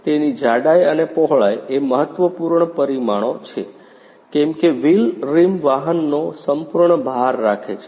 તેની જાડાઈ અને પહોળાઈ એ મહત્વપૂર્ણ પરિમાણો છે કેમ કે વ્હીલ રિમ વાહનનો સંપૂર્ણ ભાર રાખે છે